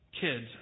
kids